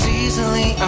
easily